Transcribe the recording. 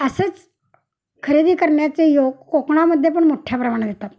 असंच खरेदी करण्याचे योग कोकणामध्ये पण मोठ्या प्रमाण येतात